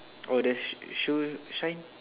oh that shoe shine